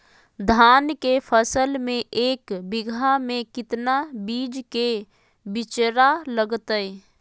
धान के फसल में एक बीघा में कितना बीज के बिचड़ा लगतय?